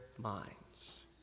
minds